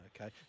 okay